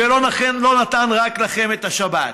ולא נתן רק לכם את השבת.